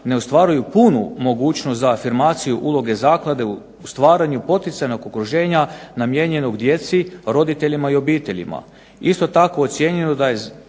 ne ostvaruju punu mogućnost za afirmaciju uloge zaklade u stvaranju poticajnog ugroženja namijenjenog djeci, roditeljima i obiteljima.